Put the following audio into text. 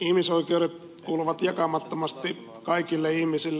ihmisoikeudet kuuluvat jakamattomasti kaikille ihmisille